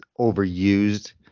overused